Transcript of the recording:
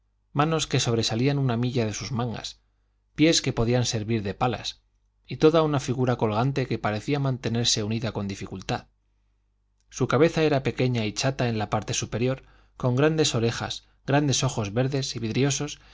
manos que sobresalían una milla de sus mangas pies que podían servir de palas y toda una figura colgante que parecía mantenerse unida con dificultad su cabeza era pequeña y chata en la parte superior con grandes orejas grandes ojos verdes y vidriosos